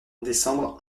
décembre